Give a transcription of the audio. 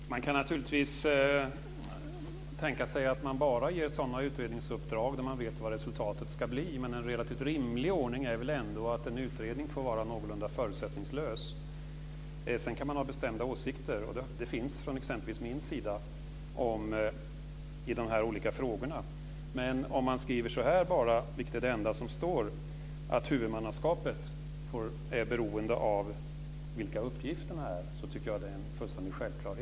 Fru talman! Man kan naturligtvis tänka sig att bara sådana utredningsuppdrag ges där man vet vad utredningsresultatet ska bli. Men en relativt rimlig ordning är väl ändå att en utredning får vara någorlunda förutsättningslös. Sedan kan man ha bestämda åsikter, och sådana finns exempelvis från min sida i de här olika frågorna. Det enda som står här är ju att huvudmannaskapet är beroende av vilka uppgifterna är. Det tycker jag är fullständigt självklart.